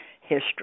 history